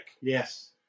Yes